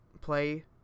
play